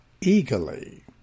eagerly